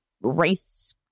race